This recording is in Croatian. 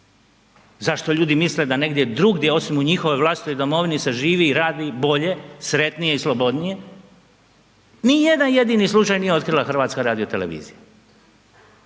zašto ljudi misle da negdje drugdje osim u njihovoj vlastitoj domovini se živi i radi bolje, sretnije i slobodnije, ni jedan jedini slučaj nije otkrila HRT. Ajmo sada govoriti